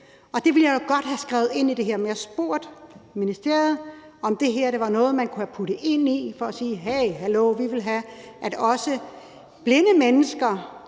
det ville jeg godt have skrevet ind i det her. Jeg har spurgt i ministeriet, om det her var noget, man kunne have puttet ind i lovforslaget, så også blinde mennesker